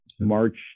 March